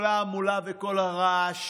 כל ההמולה וכל הרעש